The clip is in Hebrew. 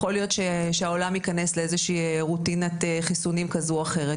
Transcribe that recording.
יכול להיות שהעולם ייכנס לרוטינת חיסונים כזו או אחרת,